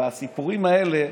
והסיפורים האלה,